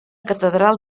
catedral